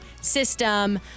system